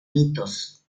mitos